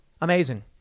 amazing